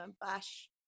bash